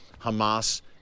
Hamas